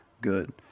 good